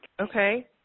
Okay